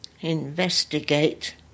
Investigate